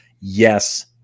yes